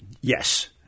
yes